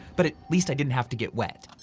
but at least i didn't have to get wet.